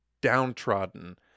downtrodden